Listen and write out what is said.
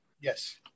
Yes